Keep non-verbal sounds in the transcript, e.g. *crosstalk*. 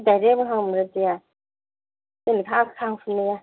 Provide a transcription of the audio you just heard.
*unintelligible*